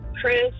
Chris